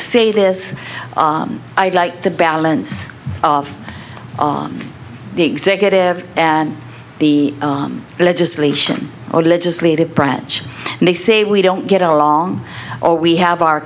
say this i'd like the balance of on the executive and the legislation or legislative branch and they say we don't get along or we have our